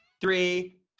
Three